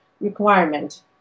requirement